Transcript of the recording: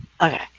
Okay